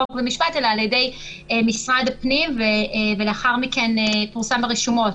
חוק ומשפט אלא על ידי משרד הפנים ולאחר מכן פורסם ברשומות.